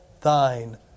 thine